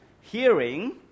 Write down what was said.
hearing